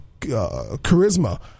charisma